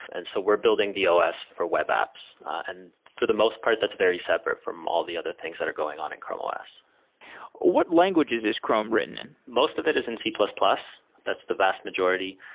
and so we're building the os for web apps. and for the most part, that's very separate from all the other things that are going on in chrome os what language is is chrome written in? most of it is in c plus plus, that's the vast majority.